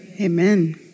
Amen